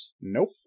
Nope